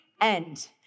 end